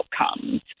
outcomes